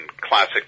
classic